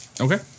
Okay